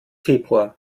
februar